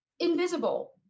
Invisible